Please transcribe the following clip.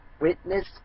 witness